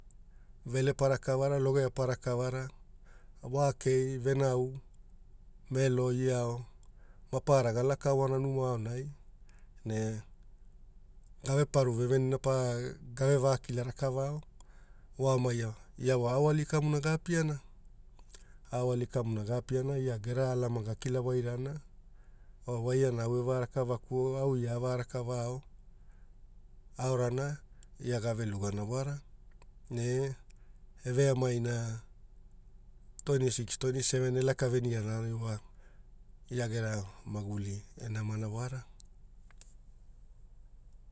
Velepara kavara, Logea para kavara, Wakei venau, Melo, Iao, maparara gelakana numai ne gave para vevenina pa, gave vaikila rakavao. Vo oma iwa aoali kamuna gapiana, aoali kamu gapiana ia gera alama gakila wairana, voiaana au averakava kuo, au ia avarakavao aorana ia gave lugana wara ne eveamaina Twenti six, Twenti Seven, elakaveniana aonai wa ila gera maguli e namana wara.